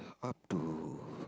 up to